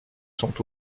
sont